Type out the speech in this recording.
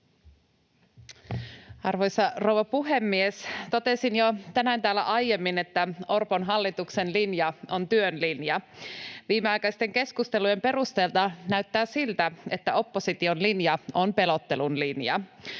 Arvoisa rouva puhemies! Totesin jo tänään täällä aiemmin, että Orpon hallituksen linja on työn linja. Viimeaikaisten keskustelujen perusteella näyttää siltä, että opposition linja on pelottelun linja.